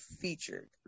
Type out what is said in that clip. featured